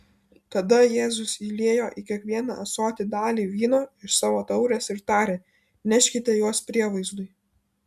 tada jėzus įliejo į kiekvieną ąsotį dalį vyno iš savo taurės ir tarė neškite juos prievaizdui